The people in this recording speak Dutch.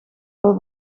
wel